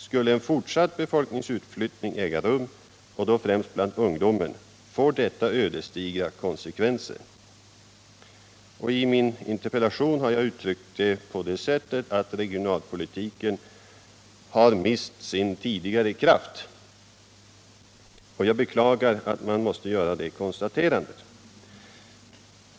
Skulle en fortsatt befolkningsutflyttning äga rum och då främst bland ungdomen får detta ödesdigra konsekvenser.” I min interpellation har jag uttryckt detta på det sättet att regionalpolitiken har mist sin tidigare kraft. Jag beklagar att man måste göra det konstaterandet.